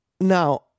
Now